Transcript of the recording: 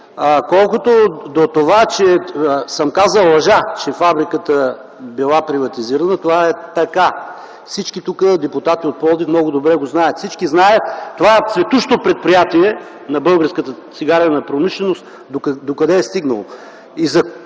Колкото до това, че съм казал лъжа, че фабриката била приватизирана, това е така. Всички депутати от Пловдив тук много добре знаят. Всички знаят, това цветущо предприятие на българската цигарена промишленост докъде е стигнало